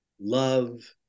love